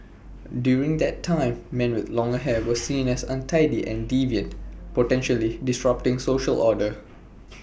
during that time men with long hair were seen as untidy and deviant potentially disrupting social order